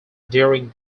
during